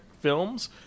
films